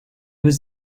was